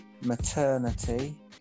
maternity